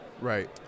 Right